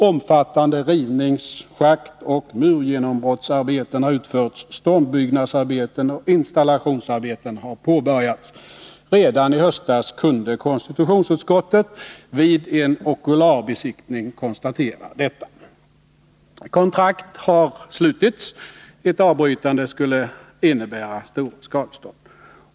Omfattande rivnings-, schaktoch murgenombrottsarbeten har utförts. Stombyggnadsarbeten och installationsarbeten har påbörjats. Redan i höstas kunde konstitutionsutskottet vid en okulärbesiktning konstatera detta. Kontrakt har slutits. Ett avbrytande skulle innebära stora skadestånd.